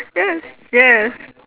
yes yes